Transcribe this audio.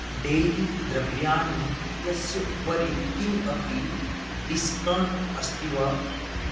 dairy द्रव्याणि इत्यस्य उपरि किम् अपि डिस्कौण्ट् अस्ति वा